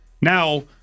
Now